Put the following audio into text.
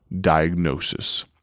diagnosis